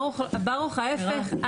ברוך, ההיפך.